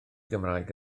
gymraeg